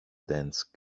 dense